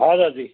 हा दादी